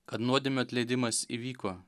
kad nuodėmių atleidimas įvyko